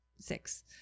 six